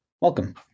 welcome